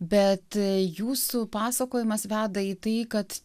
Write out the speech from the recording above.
bet jei jūsų pasakojimas veda į tai kad